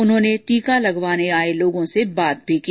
उन्होंने टीका लगवाने आए लोगों से बात भी की